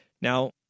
Now